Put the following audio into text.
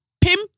Pim